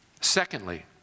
Secondly